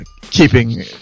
keeping